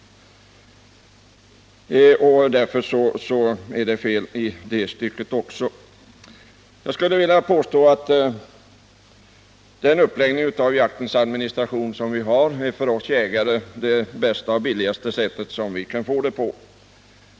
Därför är det fel i detta stycke också. Jag skulle vilja påstå att den uppläggning av jaktadministrationen som vi har för oss jägare är det bästa och billigaste sättet.